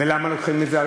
למה לוקחים את זה?